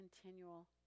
continual